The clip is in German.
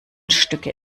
stücke